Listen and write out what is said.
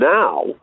now